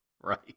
Right